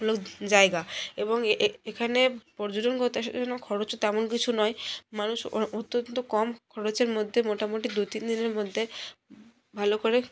জায়গা এবং এখানে পর্যটন করতে আসার জন্য খরচও তেমন কিছু নয় মানুষ অত্যন্ত কম খরচের মধ্যে মোটামোটি দু তিন দিনের মধ্যে ভালো করে